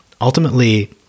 ultimately